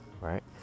Right